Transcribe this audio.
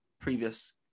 previous